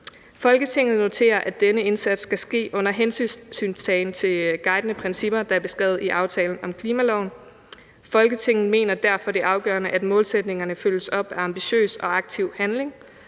Folketinget noterer, at denne indsats skal ske under hensyntagen til de guidende principper, der er beskrevet i aftalen om klimaloven. Folketinget mener derfor, det er afgørende, at målsætningerne følges op af ambitiøs og aktiv handling.